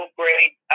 great